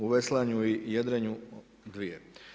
U veslanju i jedrenju dvije.